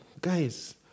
guys